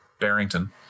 Barrington